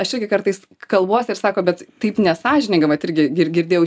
aš irgi kartais kalbuosi ir sako bet taip nesąžininga vat irgi gir girdėjau